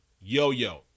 Yo-Yo